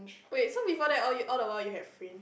wait so before that all you~ all the while you have fringe